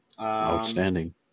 Outstanding